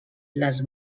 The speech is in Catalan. les